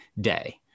day